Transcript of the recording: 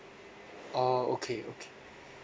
orh okay okay